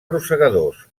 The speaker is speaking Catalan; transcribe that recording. rosegadors